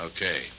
Okay